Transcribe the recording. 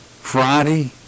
Friday